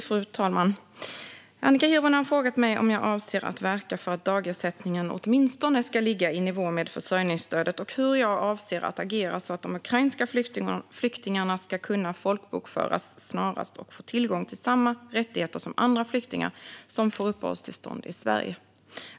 Fru talman! Annika Hirvonen har frågat mig om jag avser att verka för att dagersättningen åtminstone ska ligga i nivå med försörjningsstödet och hur jag avser att agera så att de ukrainska flyktingarna ska kunna folkbokföras snarast och få tillgång till samma rättigheter som andra flyktingar som får uppehållstillstånd i Sverige.